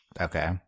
okay